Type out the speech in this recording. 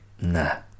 nah